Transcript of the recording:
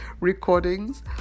recordings